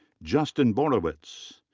justin borowitz.